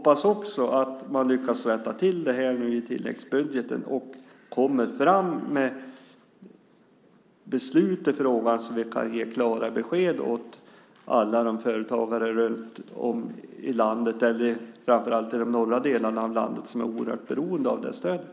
Jag hoppas att man lyckas rätta till detta i tilläggsbudgeten och kan komma med beslut i frågan så att vi kan ge klara besked till alla de företagare runt om i landet, framför allt i de norra delarna, som är oerhört beroende av stödet.